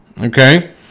okay